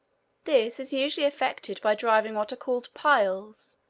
this is usually effected by driving what are called piles,